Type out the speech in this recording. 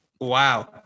Wow